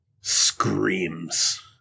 screams